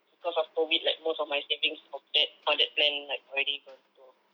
because of my COVID like most of my savings of that for that plan like already gone so